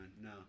No